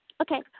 Okay